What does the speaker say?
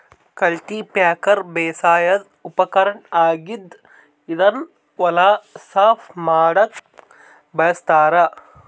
cultipacker ಬೇಸಾಯದ್ ಉಪಕರ್ಣ್ ಆಗಿದ್ದ್ ಇದನ್ನ್ ಹೊಲ ಸಾಫ್ ಮಾಡಕ್ಕ್ ಬಳಸ್ತಾರ್